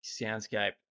Soundscape